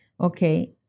okay